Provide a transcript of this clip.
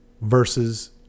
versus